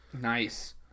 Nice